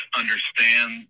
understand